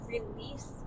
release